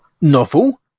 novel